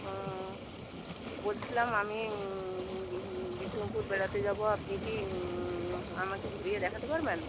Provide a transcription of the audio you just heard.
ও বলছিলাম আমি বিষ্ণুপুর বেড়াতে যাবো আপনি কি আমাকে ঘুরিয়ে দেখাতে পারবেন